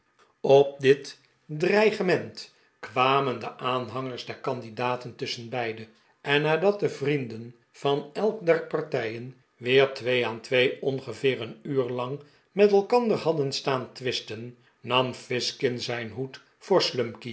op dit dreigement kwamen de aanhangers der candidaten tusschenbeide en nadat de vrienden van elk der partijen weer twee aan twee ongeveer een uur lang met elkander hadden staan twisten nam fizkin zijn hoed voor